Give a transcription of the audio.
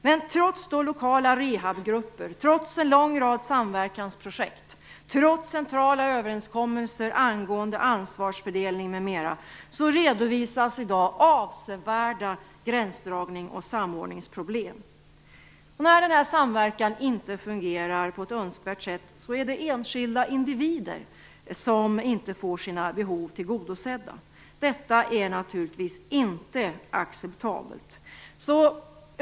Men trots lokala rehabgrupper, en lång rad samverkansprojekt och centrala överenskommelser angående ansvarsfördelning m.m., redovisas i dag avsevärda gränsdragnings och samordningsproblem. När denna samverkan inte fungerar på ett önskvärt sätt är det enskilda individer som inte får sina behov tillgodosedda. Detta är naturligtvis inte acceptabelt.